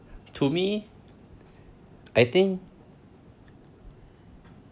to me I think